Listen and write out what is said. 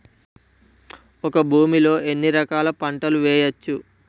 ఒక భూమి లో ఎన్ని రకాల పంటలు వేయచ్చు?